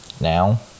Now